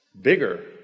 bigger